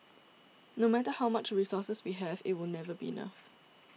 no matter how much resources we have it will never be enough